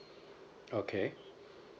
okay